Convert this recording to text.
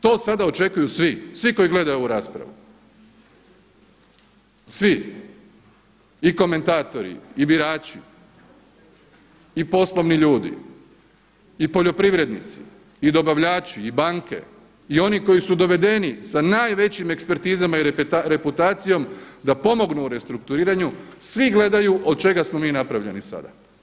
To sada očekuju svi, svi koji gledaju ovu raspravu, svi i komentatori i birači i poslovni ljudi i poljoprivrednici i dobavljači i banke i oni koji su dovedeni sa najvećim ekspertizama i reputacijom da pomognu u restrukturiranju svi gledaju od čega smo mi napravljeni sada.